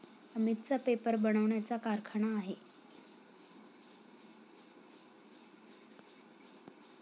अमितचा पेपर बनवण्याचा कारखाना आहे